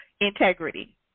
integrity